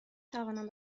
توانم